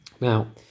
Now